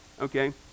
Okay